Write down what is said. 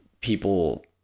people